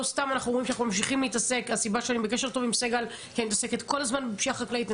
סתם אנחנו ממשיכים כל הזמן להתעסק בפשיעה חקלאית.